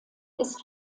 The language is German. ist